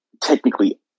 technically